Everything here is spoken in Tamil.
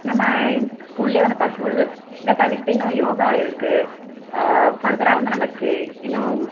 நம் ஸ்கூல்லையே வந்து பார்க்கும்பொழுது இதை தவிர்த்து இன்னும் யோகா இருக்குது ஃபர்தர்ராக நமக்கு இன்னும்